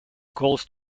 calls